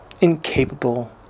incapable